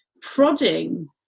prodding